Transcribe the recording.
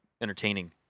entertaining